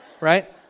right